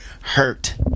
hurt